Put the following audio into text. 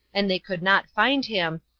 and they could not find him,